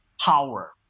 power